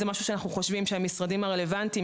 אנחנו חושבים שזהו משהו שהמשרדים הרלוונטיים,